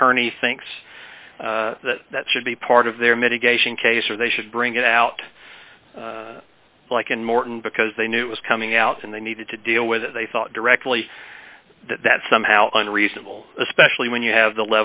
attorney thinks that should be part of their mitigation case or they should bring it out like in morton because they knew it was coming out and they needed to deal with it they thought directly that somehow unreasonable especially when you have the